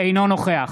אינו נוכח